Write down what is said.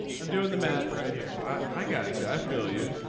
i'm doing the math right here. i gotcha. i feel you.